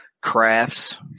crafts